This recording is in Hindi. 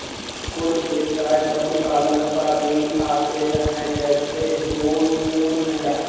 कुछ ब्यवसाय पशुपालन पर ही आश्रित है जैसे दूध, ऊन, अंडा